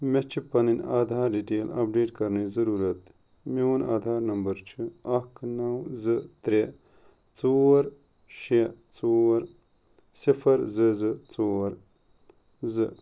مےٚ چھ پنُن آدھار ڈٹیل اپڈیٹ کرنٕچ ضروٗرت میون آدھار نمبر چھ اکھ نو زٕ ترےٚ ژور شےٚ ژور صفر زٕ زٕ ژور زٕ